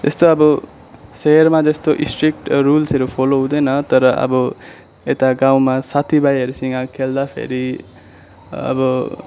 त्यस्तो अब सहरमा जस्तो स्ट्रिक्ट रुल्सहरू फलो हुँदैन तर अब यता गाउँमा साथीभाइहरूसँग खेल्दाखेरि अब